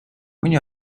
mõni